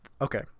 Okay